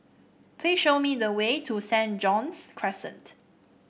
please show me the way to Saint John's Crescent